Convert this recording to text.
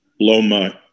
Loma